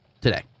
today